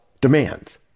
demands